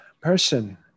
person